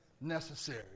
necessary